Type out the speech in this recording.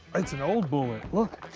it's an old bullet. look.